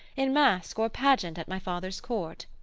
in masque or pageant at my father's court.